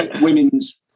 women's